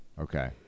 Okay